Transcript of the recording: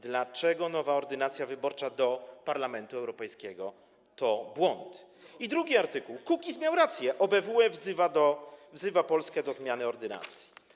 Dlaczego nowa ordynacja wyborcza do Parlamentu Europejskiego to błąd?” i drugi artykuł „Kukiz miał rację. OBWE wzywa Polskę do zmiany ordynacji”